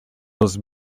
was